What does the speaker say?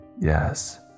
Yes